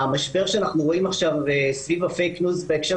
המשבר שאנחנו רואים עכשיו סביב ה"פייק ניוז" בהקשר